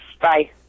Bye